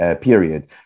period